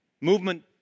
Movement